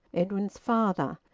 edwin's father,